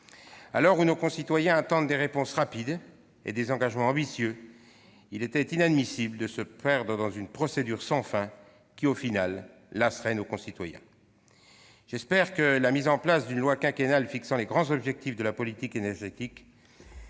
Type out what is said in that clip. l'heure où nos concitoyens attendent des réponses rapides et des engagements ambitieux, il aurait été inadmissible de se perdre dans une procédure sans fin qui, au bout du compte, aurait lassé nos concitoyens. J'espère que la mise en place d'une loi quinquennale fixant les grands objectifs de la politique énergétique